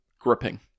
gripping